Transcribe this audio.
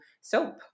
soap